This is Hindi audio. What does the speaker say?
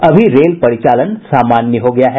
अभी रेल परिचालन लगभग सामान्य हो गया है